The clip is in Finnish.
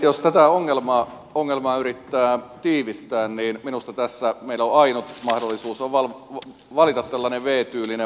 jos tätä ongelmaa yrittää tiivistää niin minusta tässä meillä ainut mahdollisuus on valita tällainen v tyylinen malli